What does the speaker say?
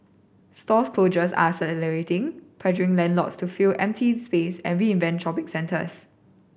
store closures are accelerating pressuring landlords to fill empty space and reinvent shopping centers